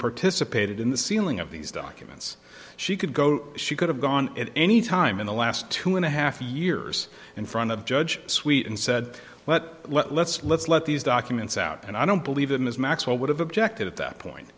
participated in the ceiling of these documents she could go she could have gone at any time in the last two and a half years in front of judge sweet and said well let's let's let these documents out and i don't believe them as maxwell would have objected at that point